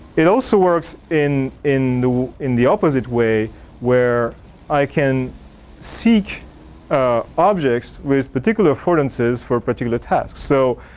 it also works in in the in the opposite way where i can seek objects with particular affordances for particular tasks so,